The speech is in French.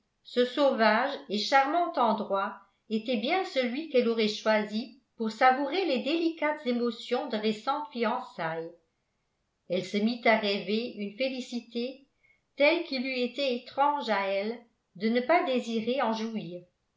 ce sauvage et charmant endroit était bien celui qu'elle aurait choisi pour savourer les délicates émotions de récentes fiançailles elle se mit à rêver une félicité telle qu'il eût été étrange à elle de ne pas désirer en jouir